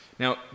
Now